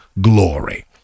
glory